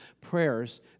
prayers